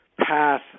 path